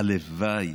הלוואי